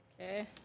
Okay